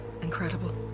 incredible